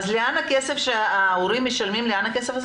לאן הכסף הזה הולך שההורים משלמים?